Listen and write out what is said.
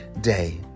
day